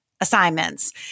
assignments